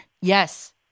Yes